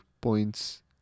points